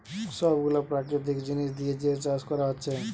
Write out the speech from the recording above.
সব গুলা প্রাকৃতিক জিনিস দিয়ে যে চাষ কোরা হচ্ছে